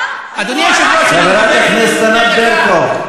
ותאמר, חברת הכנסת ענת ברקו.